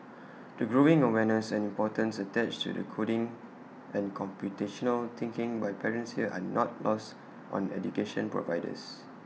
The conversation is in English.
the growing awareness and importance attached to the coding and computational thinking by parents here are not lost on education providers